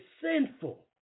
sinful